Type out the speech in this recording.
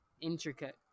intricate